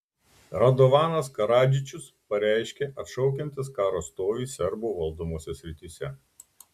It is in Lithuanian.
radovanas karadžičius pareiškė atšaukiantis karo stovį serbų valdomose srityse